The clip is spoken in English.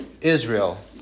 Israel